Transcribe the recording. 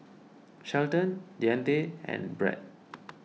Shelton Deante and Brett